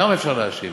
כמה אפשר להאשים?